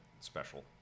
Special